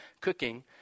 cooking